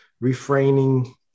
refraining